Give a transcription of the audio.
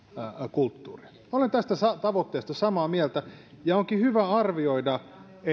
kulttuuria minä olen tästä tavoitteesta samaa mieltä ja onkin hyvä arvioida